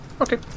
Okay